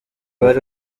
bari